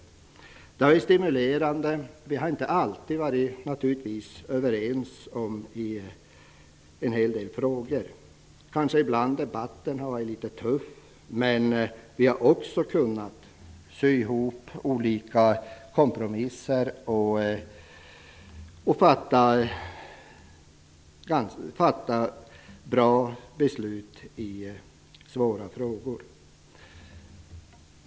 Det har varit stimulerande, men vi har naturligtvis inte alltid varit överens i alla frågor. Kanske har debatten ibland varit litet tuff, men vi har också kunnat sy ihop olika kompromisser och fatta bra beslut i svåra frågor.